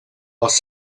als